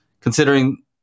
considering